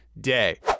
day